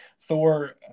thor